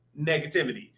negativity